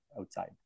outside